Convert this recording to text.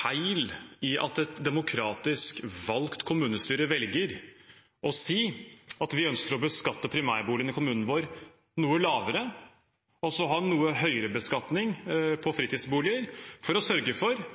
feil i at et demokratisk valgt kommunestyre velger å si at de ønsker å beskatte primærboligene i kommunen sin noe lavere og ha noe høyere beskatning på fritidsboliger, for å sørge for